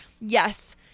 Yes